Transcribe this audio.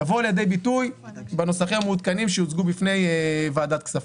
יבואו לידי ביטוי בנוסחים המעודכנים שיוצגו בפני ועדת הכספים.